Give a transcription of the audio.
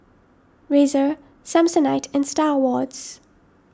Razer Samsonite and Star Awards